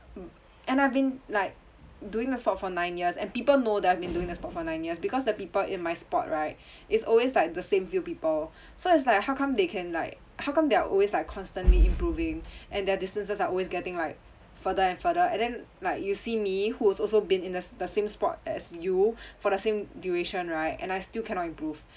and I've been like doing the sport for nine years and people know that I've been doing th3 sport for nine years because the people in my sport right is always like the same few people so it's like how come they can like how come they are always like constantly improving and their distances are always getting like further and further and then like you see me who's also been in the the same sport as you for the same duration right and I still cannot improve